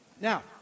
Now